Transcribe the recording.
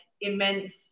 immense